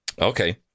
Okay